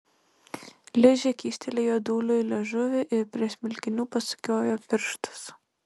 ližė kyštelėjo dūliui liežuvį ir prie smilkinių pasukiojo pirštus